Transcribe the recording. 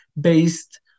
based